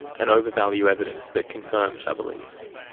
and over-value evidence that confirms our beliefs.